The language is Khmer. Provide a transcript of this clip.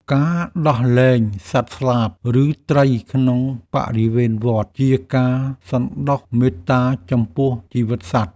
ការដោះលែងសត្វស្លាប ឬត្រីក្នុងបរិវេណវត្ត ជាការសន្តោសមេត្តាចំពោះជីវិតសត្វ។